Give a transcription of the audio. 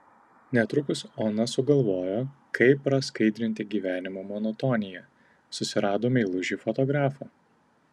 netrukus ona sugalvojo kaip praskaidrinti gyvenimo monotoniją susirado meilužį fotografą